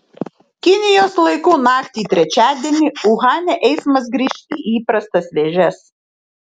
kinijos laiku naktį į trečiadienį uhane eismas grįš į įprastas vėžes